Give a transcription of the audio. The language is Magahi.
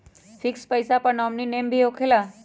फिक्स पईसा पर नॉमिनी नेम भी होकेला?